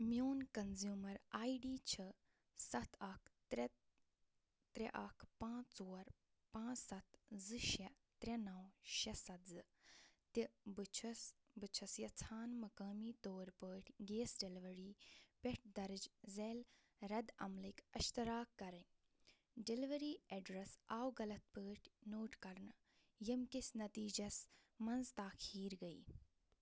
میون consumer I D چھُ سَتھ اکھ ترے ترے اکھ پانٛژھ ژور پاںٛژھ سَتھ زٕ شےٚ ترے نو شےٚ سَتھ زٕ تہِ بہٕ چھس بہٕ چھس یژھان مقٲمی طور پٲٹھۍ گیس ڈلیوری پؠٹھ درج ذیل رد عملٕکۍ اشتراک کرٕنۍ ڈلیوری ایڈریس آو غلط پٲٹھۍ نوٹ کرنہٕ ییٚمہِ کِس نٔتیٖجس منٛز تاخیر گٔیہِ